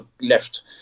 left